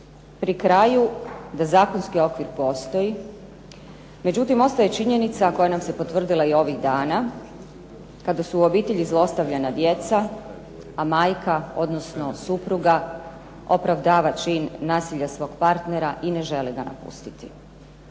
pri kraju da zakonski okvir postoji, međutim ostaje činjenica koja nam se potvrdila i ovih dana, kada su u obitelji zlostavljana djeca, a majka, odnosno supruga opravdava čin nasilja svog partnera i ne želi ga napustiti.